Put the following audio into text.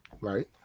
Right